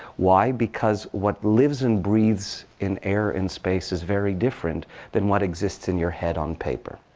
why? because what lives and breathes in air and space is very different than what exists in your head on paper.